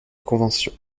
convention